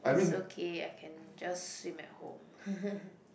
it's okay I can just swim at home